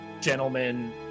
gentlemen